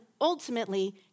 ultimately